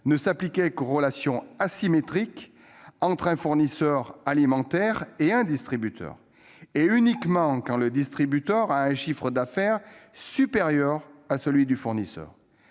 ne s'appliquait qu'aux relations asymétriques entre un fournisseur alimentaire et un distributeur, et ce uniquement quand le distributeur présente un chiffre d'affaires supérieur à celui du fournisseur.